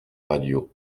radio